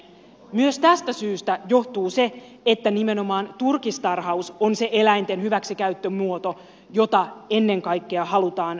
myös tästä johtuu se että nimenomaan turkistarhaus on se eläinten hyväksikäyttömuoto jota ennen kaikkea halutaan kieltää